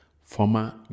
former